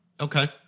Okay